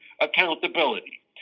accountability